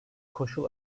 koşul